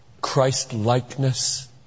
Christ-likeness